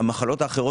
המחלות האחרות,